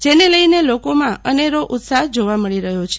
જેને લઈને લોકોમાં અનેરો ઉત્સાહ જોવા મળી રહયો છે